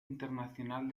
internacional